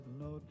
no